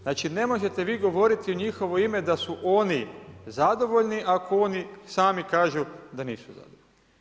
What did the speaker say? Znači ne možete vi govoriti u njihovo ime da su oni zadovoljni ako oni sami kažu da nisu zadovoljni.